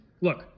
look